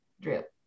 drip